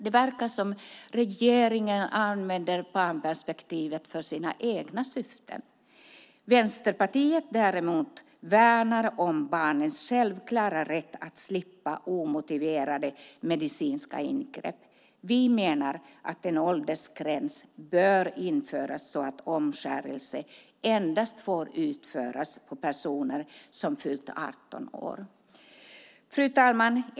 Det verkar som om regeringen använder barnperspektivet för sina egna syften. Vänsterpartiet däremot värnar om barnens självklara rätt att slippa omotiverade medicinska ingrepp. Vi menar att en åldersgräns bör införas så att omskärelse endast får utföras på personer som fyllt 18 år. Fru talman!